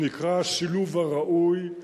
"השילוב הראוי".